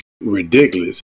ridiculous